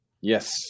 Yes